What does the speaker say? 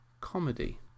comedy